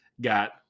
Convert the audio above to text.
got